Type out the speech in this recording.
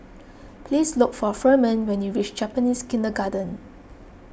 please look for Firman when you reach Japanese Kindergarten